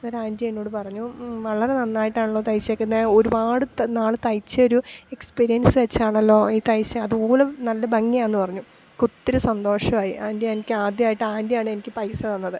അന്നേരം ആൻ്റി എന്നോട് പറഞ്ഞു വളരെ നന്നായിട്ടാണല്ലോ തയ്ച്ചിരിക്കുന്നത് ഒരുപാടു നാൾ തയ്ച്ചൊരു എക്സ്പീരിയൻസ് വെച്ചാണല്ലോ ഈ തയ്ച്ചത് അതുപോലും നല്ല ഭംഗിയാണെന്നു പറഞ്ഞു ഒത്തിരി സന്തോഷമായി ആൻ്റി എനിക്ക് ആദ്യമായിട്ട് ആൻ്റിയാണ് എനിക്ക് പൈസ തന്നത്